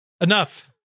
Enough